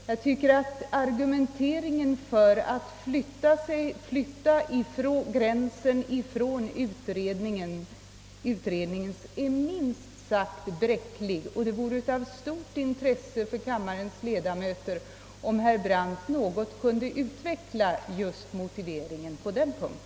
Jag tycker att argumenteringen för att flytta gränsen från den nivå som utredningen föreslagit är minst sagt bräcklig, och jag anser att det vore av stort intresse för kammarens ledamöter om herr Brandt i någon mån kunde utveckla motiveringen på denna punkt.